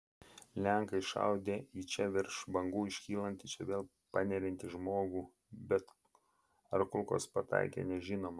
lenkai šaudę į čia virš bangų iškylantį čia vėl paneriantį žmogų bet ar kulkos pataikė nežinoma